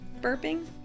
burping